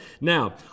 Now